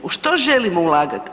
U što želimo ulagati?